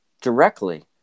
directly